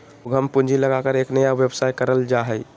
उद्यम पूंजी लगाकर एक नया व्यवसाय करल जा हइ